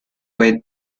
when